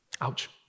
Ouch